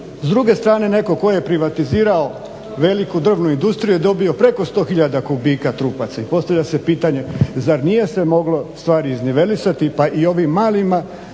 s druge strane netko tko je privatizirao veliku drvnu industriju i dobio preko 100 tisuća kubika trupaca i postavlja se pitanje zar nije se moglo stvari iznivelisati pa i ovim malim